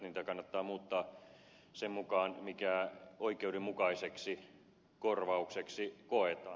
niitä kannattaa muuttaa sen mukaan mikä oikeudenmukaiseksi korvaukseksi koetaan